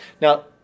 Now